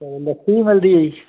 ਅੱਛਾ ਜੀ ਲੱਸੀ ਵੀ ਮਿਲਦੀ ਹੈ